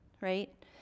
right